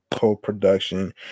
co-production